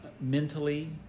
mentally